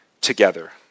together